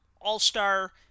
All-Star